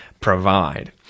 provide